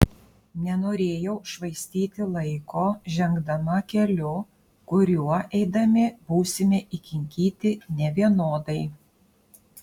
nenorėjau švaistyti laiko žengdama keliu kuriuo eidami būsime įkinkyti nevienodai